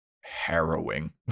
harrowing